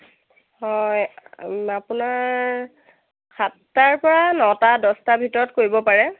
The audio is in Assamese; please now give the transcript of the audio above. হয় আপোনাৰ সাতটাৰ পৰা নটা দহটাৰ ভিতৰত কৰিব পাৰে